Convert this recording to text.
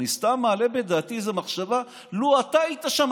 אני סתם מעלה בדעתי איזו מחשבה: לו אתה היית שם,